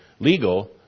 Legal